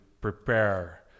prepare